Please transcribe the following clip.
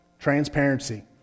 Transparency